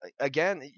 again